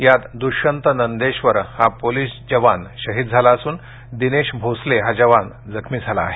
यात दुष्यंत नंदेश्वर हा पोलीस जवान शहीद झाला असून दिनेश भोसले हा जवान जखमी झाला आहे